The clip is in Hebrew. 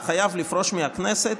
אתה חייב לפרוש מהכנסת?